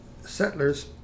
settlers